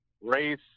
race